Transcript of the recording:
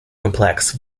complex